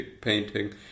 painting